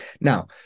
Now